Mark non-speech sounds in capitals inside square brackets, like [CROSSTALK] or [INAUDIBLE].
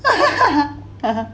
[LAUGHS]